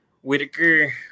Whitaker